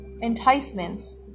enticements